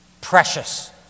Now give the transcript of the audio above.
precious